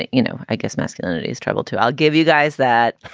you know, i guess masculinity is troubled, too. i'll give you guys that.